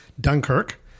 Dunkirk